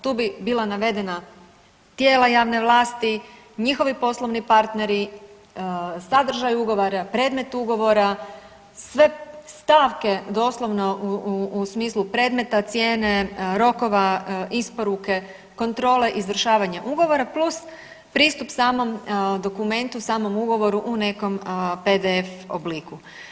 Tu bi bila navedena tijela javne vlasti, njihovi poslovni partneri, sadržaj ugovora, predmet ugovora, sve stavke doslovno u smislu predmeta, cijene, rokova isporuke, kontrole izvršavanja ugovora plus pristup samom dokumentu, samom ugovoru u nekom PDF obliku.